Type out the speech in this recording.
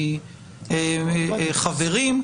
מחברים,